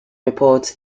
reports